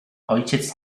ojciec